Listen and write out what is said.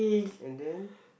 and then